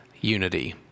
unity